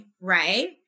right